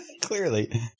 Clearly